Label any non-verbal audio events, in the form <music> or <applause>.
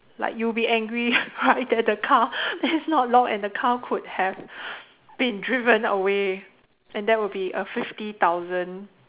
like you will be angry <laughs> that the car is not locked and the car could have <laughs> been driven away and that would be a fifty thousand